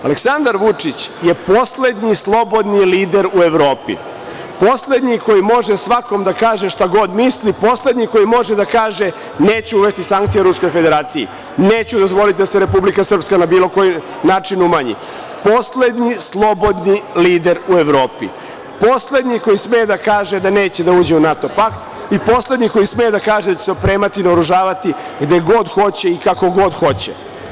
Aleksandar Vučić je poslednji slobodni lider u Evropi, poslednji koji može svakom da kaže šta god misli, poslednji koji može da kaže neću uvesti sankcije Ruskoj Federaciji, neću dozvoliti da se Republika Srpska na bilo koji način umanji, poslednji slobodni lider u Evropi, poslednji koji sme da kaže da neće da uđe u NATO pakt i poslednji koji sme da kaže da će se opremati i naoružavati gde god hoće i kako god hoće.